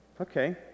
Okay